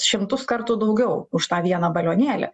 šimtus kartų daugiau už tą vieną balionėlį